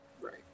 Right